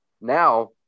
now